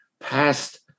past